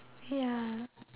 ya